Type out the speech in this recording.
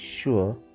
sure